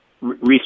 research